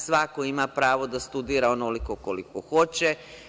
Svako ima pravo da studira onoliko koliko hoće.